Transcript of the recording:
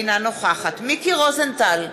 אינה נוכחת מיקי רוזנטל,